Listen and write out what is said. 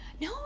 no